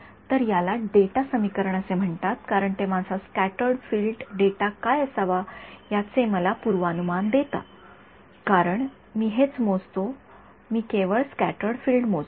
तर याला डेटा समीकरण असे म्हणतात कारण ते माझा स्क्याटर्ड फील्ड डेटा काय असावा याचे मला पूर्वानुमान देत आहे कारण मी हेच मोजतो मी केवळ स्क्याटर्ड फील्ड मोजतो